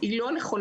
היא לא נכונה.